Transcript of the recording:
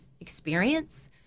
experience